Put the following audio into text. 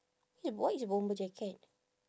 what is a bomber jacket